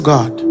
God